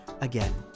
Again